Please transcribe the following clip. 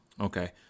Okay